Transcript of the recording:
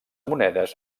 monedes